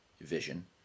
vision